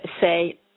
say